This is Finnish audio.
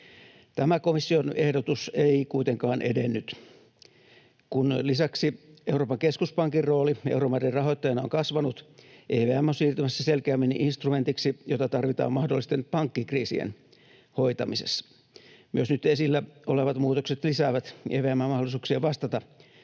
Tämä komission ehdotus ei kuitenkaan edennyt. Kun lisäksi Euroopan keskuspankin rooli euromaiden rahoittajana on kasvanut, EVM on siirtymässä selkeämmin instrumentiksi, jota tarvitaan mahdollisten pankkikriisien hoitamisessa. Myös nyt esillä olevat muutokset lisäävät EVM:n mahdollisuuksia vastata